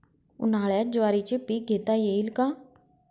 उन्हाळ्यात ज्वारीचे पीक घेता येईल का?